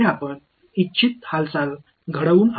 எங்கள் இறுதி நோக்கம் என்ன